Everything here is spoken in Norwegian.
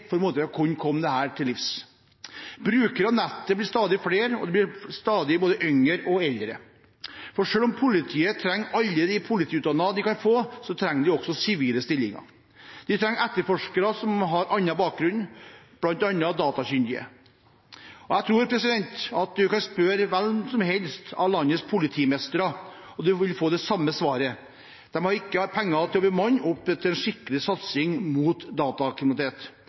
for å kunne komme dette til livs. Brukerne av nettet blir stadig flere, og de blir stadig både yngre og eldre. Selv om politiet trenger alle de politiutdannede de kan få, trenger de også sivile stillinger. De trenger etterforskere som har annen bakgrunn, bl.a. datakyndige. Jeg tror at en kan spørre hvem som helst av landets politimestre, og en vil få det samme svaret. De har ikke penger til å bemanne opp mot en skikkelig satsing mot